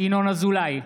ינון אזולאי,